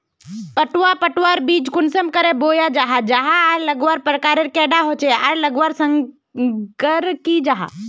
पटवा पटवार बीज कुंसम करे बोया जाहा जाहा आर लगवार प्रकारेर कैडा होचे आर लगवार संगकर की जाहा?